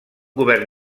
govern